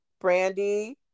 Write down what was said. Brandy